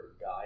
guy